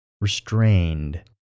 restrained